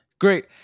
Great